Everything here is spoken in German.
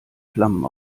flammen